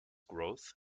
growth